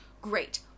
great